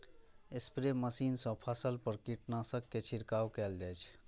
spray machine सं फसल पर कीटनाशक के छिड़काव कैल जाइ छै